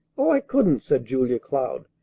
oh, i couldn't! said julia cloud,